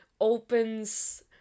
opens